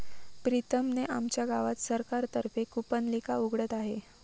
प्रीतम ने आमच्या गावात सरकार तर्फे कूपनलिका उघडत आहे